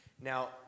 Now